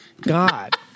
God